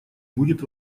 будет